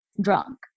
drunk